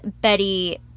Betty